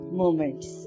moments